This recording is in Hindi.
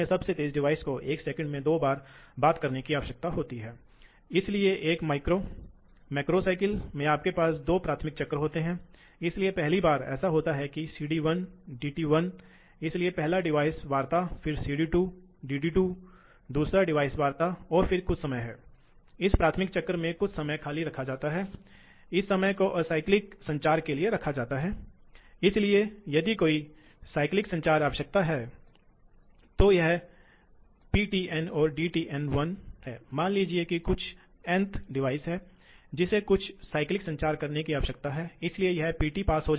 पंपों के लिए यह एक चर गति पंप नियंत्रण है इसलिए आपके पास निरंतर गति ड्राइव है नियंत्रण का एक तरीका है या तो आपके पास एक स्थिर गति मोटर ड्राइव है और आपके पास एक वाल्व है या आपके पास पंप का एक चर गति ड्राइव है जो फीडबैक पर निर्भर करता है लोड के आधार पर मूल रूप से ड्राइव को नियंत्रित किया जाना है और कुछ गति संदर्भ दिए जाने हैं हम अपने भविष्य के व्याख्यान में विस्तार से देखेंगे कि ये कैसे मोटर और पंप की गति को कैसे नियंत्रित किया जा सकता है